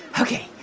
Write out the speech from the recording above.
ok,